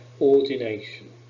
ordination